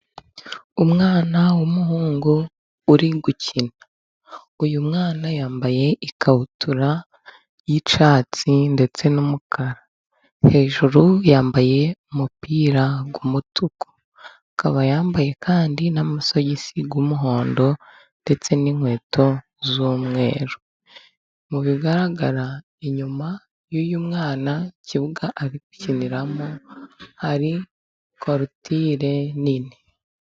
Umwana w'umuhungu uri gukina, uyu mwana yambaye ikabutura y'icyatsi ndetse n'umukara, hejuru yambaye umupira w'umutuku, akaba yambaye kandi n'amasogisi y'umuhondo ndetse n'inkweto z'umweru. Mu bigaragara inyuma y'uyu mwana, ikibuga ari gukiniramo hari korotire nini.